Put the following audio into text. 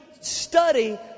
study